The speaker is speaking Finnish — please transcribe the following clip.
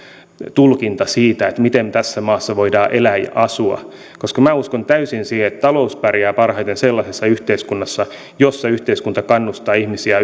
tulkinta siitä miten tässä maassa voidaan elää ja asua minä uskon täysin siihen että talous pärjää parhaiten sellaisessa yhteiskunnassa jossa yhteiskunta kannustaa ihmisiä